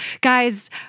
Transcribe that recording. guys